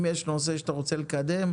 אם יש נושא שאתה רוצה לקדם,